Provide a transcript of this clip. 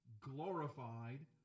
glorified